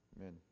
Amen